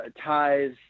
ties